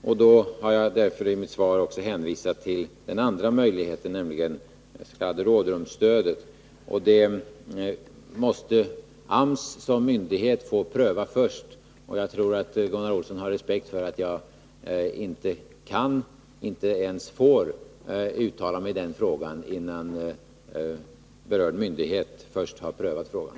Därför har jag i mitt svar hänvisat till den andra möjligheten, dets.k. rådrumsstödet. Det måste AMS som myndighet få pröva först. Jag tror att Gunnar Olsson har respekt för att jaginte kan —-inte ens får — uttala mig om detta, innan berörd myndighet först har prövat frågan.